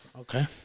Okay